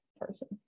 person